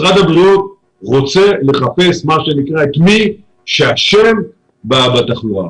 משרד הבריאות רוצה לחפש מה שנקרא את מי שאשם בתחלואה.